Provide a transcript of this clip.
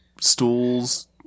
stools